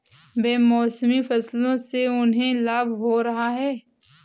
बेमौसमी फसलों से उन्हें लाभ हो रहा है